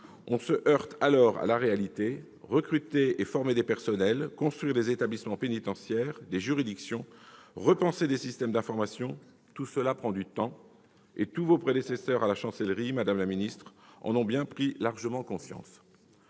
l'on se heurte alors à la réalité. Recruter et former du personnel, construire des établissements pénitentiaires, des juridictions, repenser des systèmes d'information : tout cela prend du temps et tous vos prédécesseurs, madame la garde des sceaux, en ont largement pris conscience.